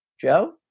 Joe